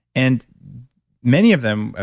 and many of them, ah